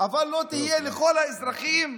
אבל לא תהיה לכל האזרחים.